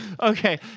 Okay